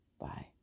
bye